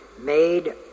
made